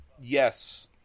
yes